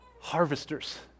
harvesters